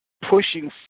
pushing